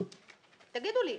אני לא רוצה